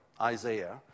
Isaiah